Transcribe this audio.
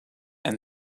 and